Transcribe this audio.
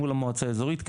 מול המועצה האזורית,